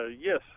Yes